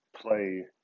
play